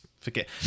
forget